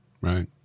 Right